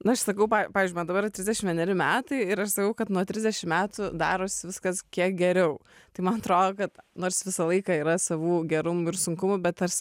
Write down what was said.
na aš sakau pa pavyzdžiui man dabar trisdešimt vieneri metai ir aš sakau kad nuo trisdešimt metų darosi viskas kiek geriau tai man atrodo kad nors visą laiką yra savų gerumų ir sunkumų bet tarsi